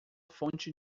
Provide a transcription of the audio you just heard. fonte